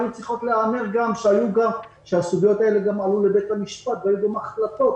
היו צריכות להיאמר גם כשהסוגיות האלה עלו לבית המשפט והיו גם החלטות